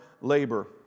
labor